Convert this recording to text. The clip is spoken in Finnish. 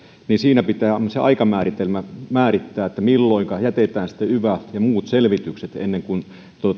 pitää aika määrittää milloinka jätetään sitten yva ja muut selvitykset ennen kuin